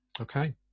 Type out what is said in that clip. Okay